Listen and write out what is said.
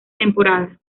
temporada